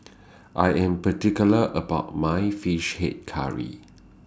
I Am particular about My Fish Head Curry